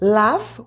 love